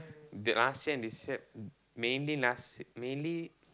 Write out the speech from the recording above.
that last year and this year mainly last mainly